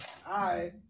Hi